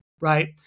right